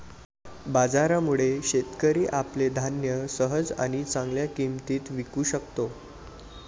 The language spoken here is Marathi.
बाजारामुळे, शेतकरी आपले धान्य सहज आणि चांगल्या किंमतीत विकू शकतो